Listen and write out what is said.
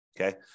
okay